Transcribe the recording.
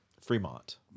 Fremont